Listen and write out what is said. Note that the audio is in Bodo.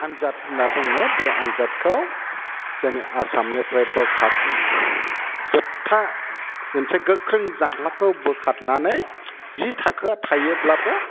आन्जाद होन्ना बुङो बे आन्जादखौ जोंनि आसामनिफ्राय बोखार जोबथा मोनसे गोख्रों जांख्लाखौ बोखारनानै जि थाखोया थायोब्लाबो